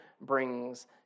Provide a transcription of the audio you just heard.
brings